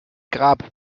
grab